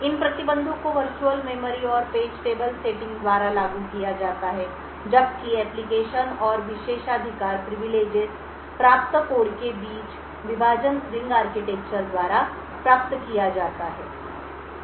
इन प्रतिबंधों को virtual memory और पेज टेबल सेटिंग द्वारा लागू किया जाता है जबकि अनुप्रयोगों और विशेषाधिकार प्राप्त कोड के बीच विभाजन रिंग आर्किटेक्चर द्वारा प्राप्त किया जाता है